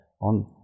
on